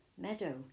Meadow